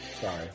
Sorry